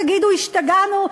תגידו, השתגענו?